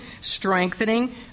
strengthening